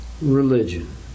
religion